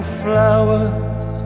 flowers